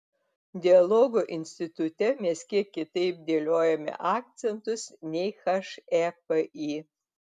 dialogo institute mes kiek kitaip dėliojame akcentus nei hepi